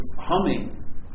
humming